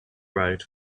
road